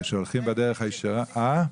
שהולכים בדרך הישרה.